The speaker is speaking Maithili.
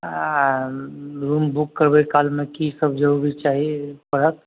आ रूम बुक करबै कालमे की सब जरुरी चाही पड़त